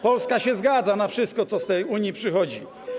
Polska się zgadza na wszystko, co z tej Unii przychodzi.